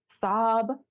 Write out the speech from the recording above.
sob